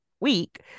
week